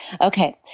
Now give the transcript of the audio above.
Okay